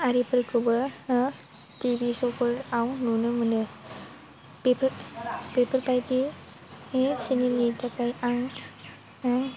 आरिफोरखौबो TV show फोराव नुनो मोनो बेफोर बेफोरबायदि चेनेल नि थाखाय आं आं